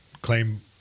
claim